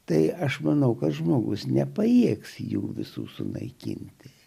tai aš manau kad žmogus nepajėgs jų visų sunaikinti